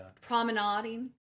Promenading